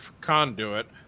conduit